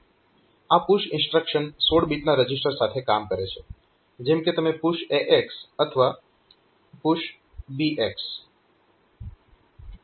આ push instruction 16 બીટના register સાથે કામ કરે છે જેમ કે PUSH AX અથવા PUSH BX